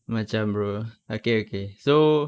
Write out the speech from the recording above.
macam bro okay okay so